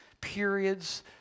periods